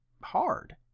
hard